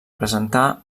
presentar